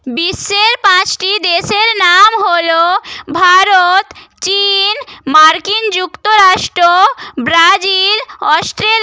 বিশ্বের পাঁচটি দেশের নাম হল ভারত চিন মার্কিন যুক্তরাষ্টো ব্রাজিল অস্ট্রেলিয়া